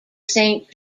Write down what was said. saint